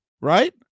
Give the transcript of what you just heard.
right